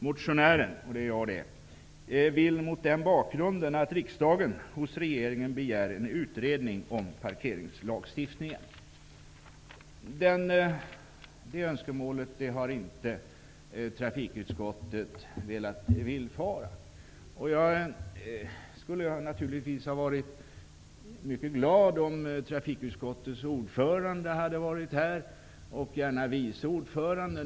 Motionären'' -- det är jag -- ''vill mot den bakgrunden att riksdagen hos regeringen begär en utredning om parkeringslagstiftningen''. Det önskemålet har trafikutskottet inte velat villfara. Jag skulle naturligtvis ha varit mycket glad om trafikutskottets ordförande och gärna också vice ordförande hade varit här.